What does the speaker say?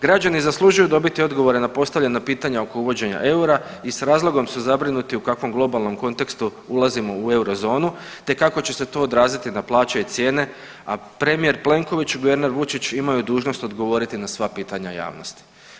Građani zaslužuju dobiti odgovore na postavljena pitanja oko uvođenja eura i s razlogom su zabrinuti u kakvom globalnom kontekstu ulazimo u eurozonu te kako će se to odraziti na plaće i cijene, a premijer Plenković i guverner Vučić imaju dužnost odgovoriti na sva pitanja javnosti.